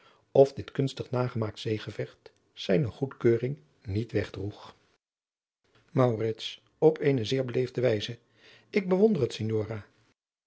of dit kunstig nagemaakt zeegevecht zijne goedkeuring niet wegdroeg maurits op eene zeer beleefde wijze ik bewonder het signora